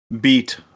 beat